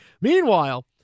Meanwhile